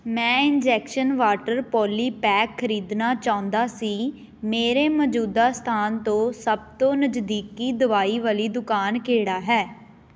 ਮੈਂ injection water polypack ਖਰੀਦਣਾ ਚਾਹੁੰਦਾ ਸੀ ਮੇਰੇ ਮੌਜੂਦਾ ਸਥਾਨ ਤੋਂ ਸਭ ਤੋਂ ਨਜ਼ਦੀਕੀ ਦਵਾਈ ਵਾਲੀ ਦੁਕਾਨ ਕਿਹੜਾ ਹੈ